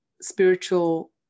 spiritual